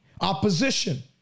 opposition